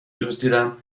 دزدیدم